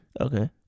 Okay